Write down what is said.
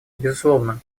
безусловно